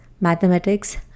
mathematics